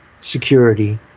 security